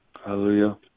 Hallelujah